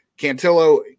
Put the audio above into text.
Cantillo